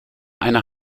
eine